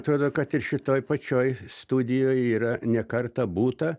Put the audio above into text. atrodo kad ir šitoj pačioj studijoj yra ne kartą būta